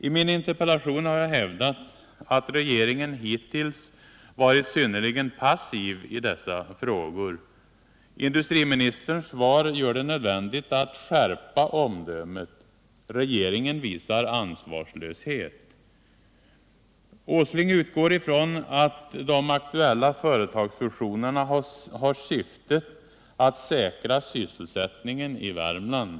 I min interpellation har jag hävdat att regeringen hittills varit synnerligen passiv i dessa frågor. Industriministerns svar gör det nödvändigt att skärpa omdömet. Regeringen visar ansvarslöshet. Industriminister Åsling utgår från att de aktuella företagsfusionerna har syftet att säkra sysselsättningen i Värmland.